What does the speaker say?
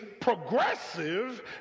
progressive